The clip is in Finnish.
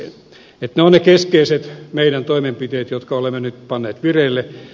ne ovat ne keskeiset meidän toimenpiteemme jotka olemme nyt panneet vireille